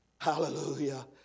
Hallelujah